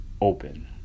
open